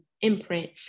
imprint